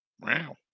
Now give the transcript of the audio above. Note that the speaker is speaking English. Wow